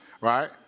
right